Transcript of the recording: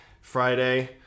Friday